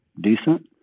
decent